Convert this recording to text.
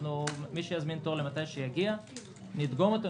מי שיזמין תור נדגום אותו,